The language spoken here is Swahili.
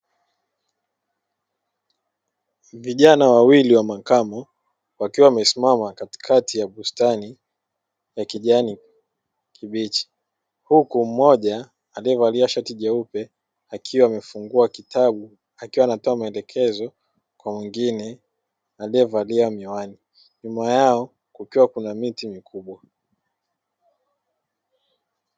Vijana wawili wa makamu wakiwa wamesimama katikati ya bustani ya kijani kibichi. Huku mmoja aliyevalia shati jeupe akiwa amefungua kitabu akiwa anatoa maelekezo kwa mwingine aliyevalia miwani, nyuma yao kukiwa kuna miti mikubwa.